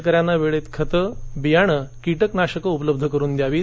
शेतकऱ्यांना वेळेत खतं बियाणं कीटनाशकं उपलब्ध करून द्यावीत